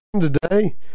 today